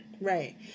Right